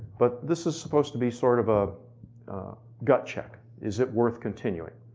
but this is supposed to be sort of a gut check. is it worth continuing?